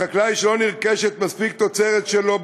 החקלאי שלא נרכשת מספיק תוצרת שלו,